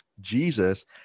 Jesus